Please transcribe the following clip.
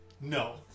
No